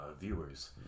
viewers